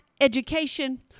education